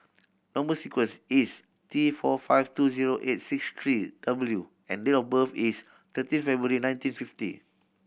number sequence is T four five two zero eight six three W and date of birth is thirteen February nineteen fifty